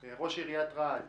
ראש עיריית רהט